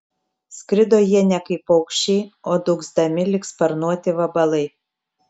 skrido jie ne kaip paukščiai o dūgzdami lyg sparnuoti vabalai